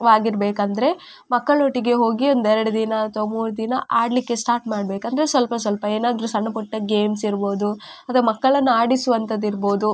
ಆಗಿರ್ಬೇಕಂದ್ರೆ ಮಕ್ಕಳೊಟ್ಟಿಗೆ ಹೋಗಿ ಒಂದು ಎರಡು ದಿನ ಅಥವಾ ಮೂರು ದಿನ ಆಡಲಿಕ್ಕೆ ಸ್ಟಾರ್ಟ್ ಮಾಡಬೇಕು ಅಂದರೆ ಸ್ವಲ್ಪ ಸ್ವಲ್ಪ ಏನಾದರೂ ಸಣ್ಣ ಪುಟ್ಟ ಗೇಮ್ಸ್ ಇರ್ಬೋದು ಅಥವಾ ಮಕ್ಕಳನ್ನು ಆಡಿಸುವಂಥದ್ದು ಇರ್ಬೋದು